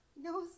No